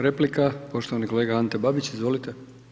Replika poštovani kolega Ante Babić, izvolite.